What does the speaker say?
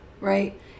right